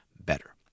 better